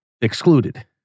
excluded